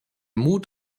mut